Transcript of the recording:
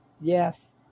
Yes